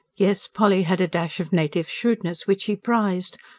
yes, polly had a dash of native shrewdness, which he prized.